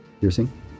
piercing